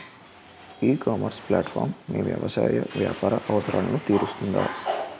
ఈ ecommerce platform మీ వ్యవసాయ వ్యాపార అవసరాలను తీరుస్తుందా?